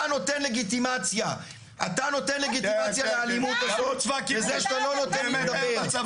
אתה נותן לגיטימציה לאלימות הזאת בזה שאתה לא נותן לי לדבר.